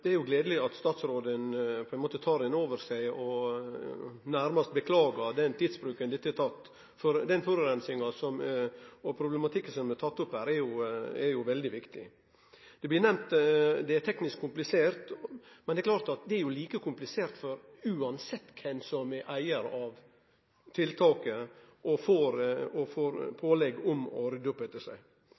er gledeleg at statsråden på ein måte tar inn over seg og nærmast beklagar den tidsbruken dette har tatt. For den forureininga og problematikken som er tatt opp her, er jo veldig viktig. Det blir nemnt at det er teknisk komplisert, men det er klart at det er like komplisert uansett kven som er eigar og får pålegg om å rydde opp etter seg.